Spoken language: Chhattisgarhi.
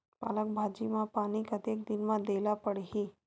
पालक भाजी म पानी कतेक दिन म देला पढ़ही?